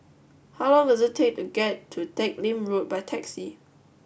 how long does it take to get to Teck Lim Road by taxi